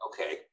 Okay